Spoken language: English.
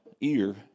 ear